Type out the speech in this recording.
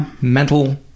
mental